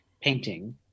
painting